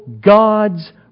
God's